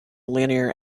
linear